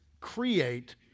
create